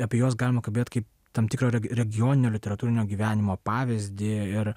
apie juos galima kalbėt kaip tam tikro regi regioninio literatūrinio gyvenimo pavyzdį ir